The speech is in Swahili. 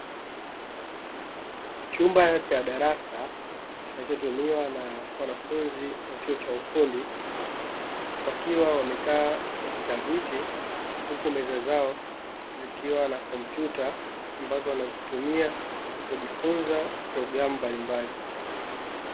Chumba cha darasa kinachotumiwa na wanafunzi wa chuo cha ufundi wakiwa wamekaa katika viti, huku meza zao zikiwa na kompyuta ambazo wanazitumia kujifunza programu mbalimbali.